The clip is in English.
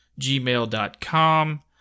gmail.com